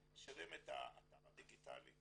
אנחנו משאירים את האתר הדיגיטלי.